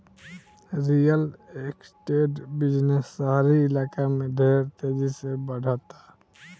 real estate business शहरी इलाका में ढेर तेजी से बढ़ता